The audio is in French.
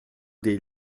des